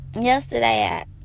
Yesterday